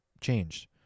changed